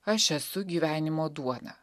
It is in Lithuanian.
aš esu gyvenimo duona